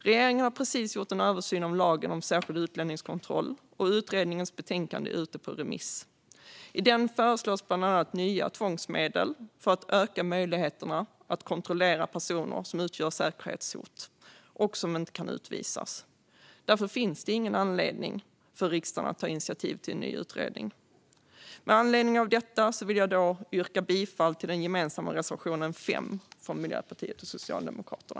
Regeringen har precis gjort en översyn av lagen om särskild utlänningskontroll, och utredningens betänkande är nu ute på remiss. I betänkandet föreslås bland annat nya tvångsmedel för att öka möjligheterna att kontrollera personer som utgör säkerhetshot och som inte kan utvisas. Därför finns det ingen anledning för riksdagen att ta initiativ till en ny utredning. Med anledning av detta vill jag yrka bifall till den reservation 5, som är gemensam för Miljöpartiet och Socialdemokraterna.